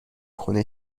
خونه